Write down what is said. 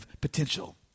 potential